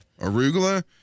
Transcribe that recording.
Arugula